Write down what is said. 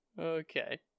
Okay